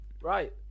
Right